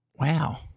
Wow